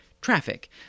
traffic